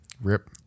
rip